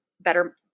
better